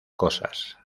cosas